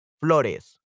Flores